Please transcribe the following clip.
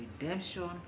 Redemption